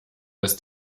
des